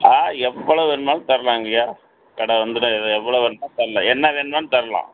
ஆ எவ்வளவு வேண்ணாலும் தரலாங்கய்யா கடை வந்துட்டால் எவ்வளவு வேண்ணால் தரலாம் என்ன வேண்ணாலும் தரலாம்